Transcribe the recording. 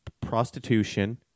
prostitution